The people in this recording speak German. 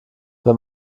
wenn